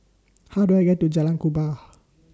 How Do I get to Jalan Kubor